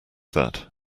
that